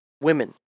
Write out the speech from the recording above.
women